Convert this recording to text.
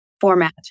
format